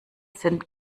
sind